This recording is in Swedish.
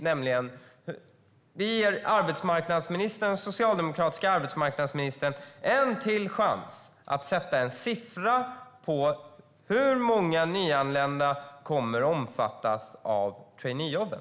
Vi ger den socialdemokratiska arbetsmarknadsministern en chans till att sätta en siffra på hur många nyanlända som kommer att omfattas av traineejobben.